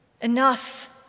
Enough